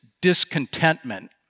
discontentment